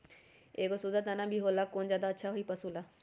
एगो सुधा दाना भी होला कौन ज्यादा अच्छा होई पशु ला?